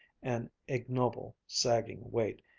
an ignoble, sagging weight,